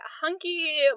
hunky